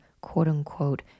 quote-unquote